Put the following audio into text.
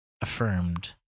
affirmed